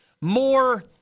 more